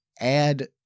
add